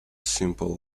simple